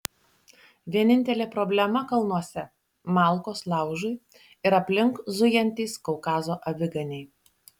vienintelė problema kalnuose malkos laužui ir aplink zujantys kaukazo aviganiai